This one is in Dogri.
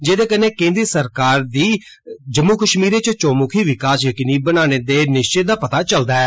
जेहदे कन्नै केन्द्री सरकार दी जम्मू कश्मीर इच चौमुखी विकास यकीनी बनाने दे निश्वै दा पता चलदा ऐ